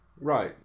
Right